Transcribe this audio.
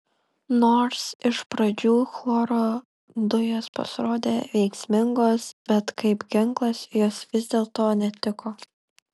nors iš pradžių chloro dujos pasirodė veiksmingos bet kaip ginklas jos vis dėlto netiko